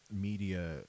media